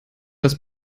das